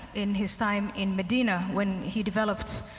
in his time in medina, when he developed,